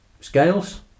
Scales